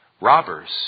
Robbers